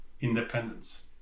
Independence